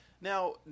Now